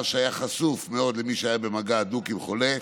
שהיה חשוף מאוד למי שהיה במגע הדוק עם חולה,